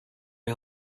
you